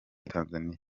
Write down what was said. tanzania